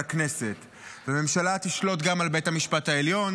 הכנסת והממשלה תשלוט גם על בית המשפט העליון,